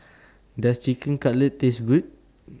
Does Chicken Cutlet Taste Good